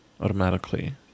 automatically